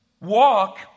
walk